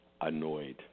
annoyed